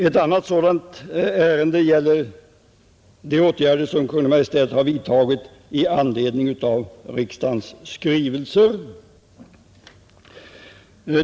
Ett annat sådant ärende gäller de åtgärder som Kungl. Maj:t har vidtagit med anledning av riksdagsskrivelser.